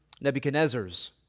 Nebuchadnezzar's